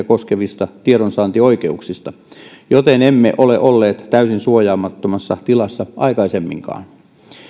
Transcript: koskevista tiedonsaantioikeuksista joten emme ole olleet täysin suojaamattomassa tilassa aikaisemminkaan